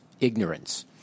ignorance